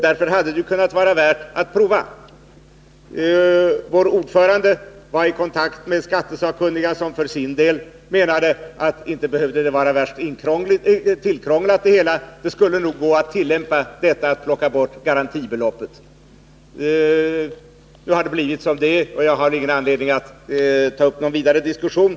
Därför hade det kunnat vara värt att prova utredningens förslag. Vår ordförande var i kontakt med skattesakkunniga, som för sin del menade att det inte behövde vara särskilt krångligt att ta bort garantibeloppet utan att ett sådant system nog skulle gå att tillämpa. Nu har utskottets hemställan blivit vad den är, och jag har ingen anledning att ta upp någon vidare diskussion.